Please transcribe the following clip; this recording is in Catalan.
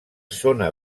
zona